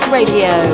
radio